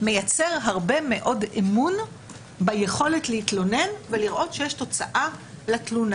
מייצר הרבה מאוד אמון ביכולת להתלונן ולראות שיש תוצאה לתלונה.